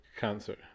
Cancer